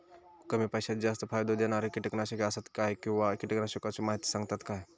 कमी पैशात जास्त फायदो दिणारी किटकनाशके आसत काय किंवा कीटकनाशकाचो माहिती सांगतात काय?